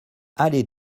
allée